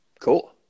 Cool